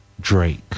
Drake